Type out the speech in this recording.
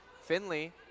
Finley